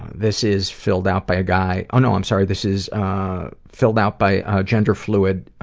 this is filled out by a guy oh no, i'm sorry, this is filled out by a gender fluid